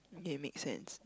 okay make sense